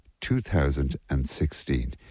2016